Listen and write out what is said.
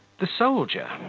the soldier,